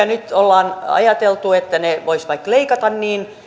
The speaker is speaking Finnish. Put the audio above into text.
nyt on ajateltu että ne voisi vaikka leikata